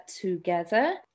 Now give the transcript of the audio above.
together